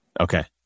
Okay